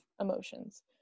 emotions